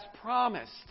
promised